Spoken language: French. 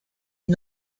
est